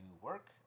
work